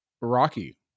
Rocky